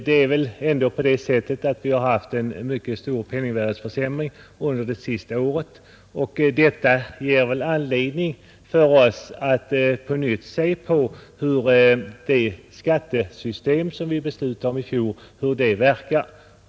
Det är väl ändå så att vi haft en mycket stor penningvärdeförsämring under det senaste året, och detta ger oss väl anledning att på nytt undersöka hur det skattesystem som vi beslutade om i fjol verkar.